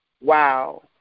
wow